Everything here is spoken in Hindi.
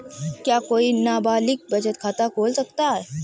क्या कोई नाबालिग बचत खाता खोल सकता है?